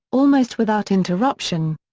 almost without interruption.